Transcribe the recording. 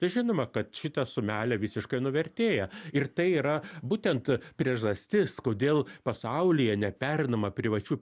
žinoma kad šita sumelė visiškai nuvertėja ir tai yra būtent priežastis kodėl pasaulyje nepereinama privačių